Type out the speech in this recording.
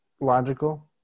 logical